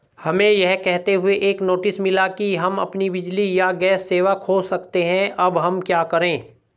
हमें यह कहते हुए एक नोटिस मिला कि हम अपनी बिजली या गैस सेवा खो सकते हैं अब हम क्या करें?